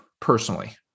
personally